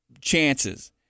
chances